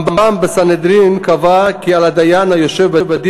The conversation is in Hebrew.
ואומנם בית-המשפט קבע זאת כהלכה בישראל,